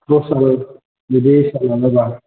लस जागोन बिदि हिसाब लाङोबा